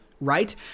right